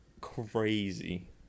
crazy